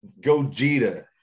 gogeta